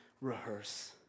rehearse